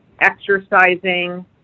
exercising